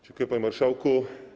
Dziękuję, panie marszałku.